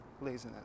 laziness